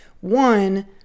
One